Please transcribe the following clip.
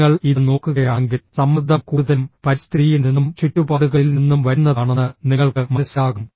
നിങ്ങൾ ഇത് നോക്കുകയാണെങ്കിൽ സമ്മർദ്ദം കൂടുതലും പരിസ്ഥിതിയിൽ നിന്നും ചുറ്റുപാടുകളിൽ നിന്നും വരുന്നതാണെന്ന് നിങ്ങൾക്ക് മനസ്സിലാകും